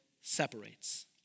separates